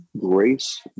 Grace